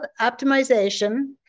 optimization